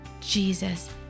Jesus